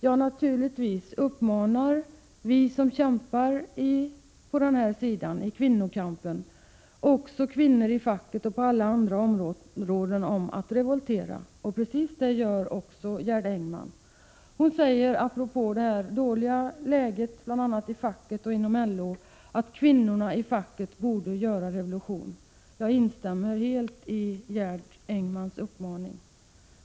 Ja, naturligtvis uppmanar vi som deltar i kvinnokampen också kvinnor i facket och på andra områden att revoltera. Precis det gör också Gerd Engman. Hon säger apropå det dåliga läget bl.a. i facket och inom LO att kvinnorna i facket borde göra revolution. Jag instämmer helt i Gerd Engmans uppmaning.